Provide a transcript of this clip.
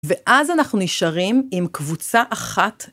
ואז אנחנו נשארים עם קבוצה אחת.